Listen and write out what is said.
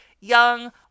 young